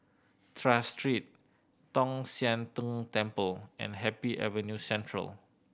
Tras Street Tong Sian Tng Temple and Happy Avenue Central